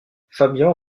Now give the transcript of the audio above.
fabian